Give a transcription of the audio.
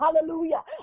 Hallelujah